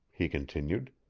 he continued.